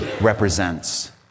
represents